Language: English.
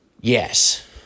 yes